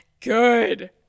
good